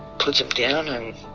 puts them down and